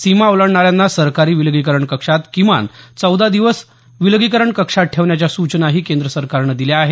सीमा ओलांडणाऱ्यांना सरकारी विलगीकरण कक्षात किमान चौदा दिवस विलगीकरण कक्षात ठेवण्याच्या सूचनाही केंद्र सरकारनं दिल्या आहेत